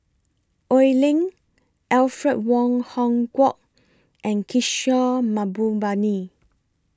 Oi Lin Alfred Wong Hong Kwok and Kishore Mahbubani